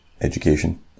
education